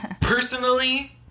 Personally